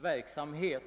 verksamhet.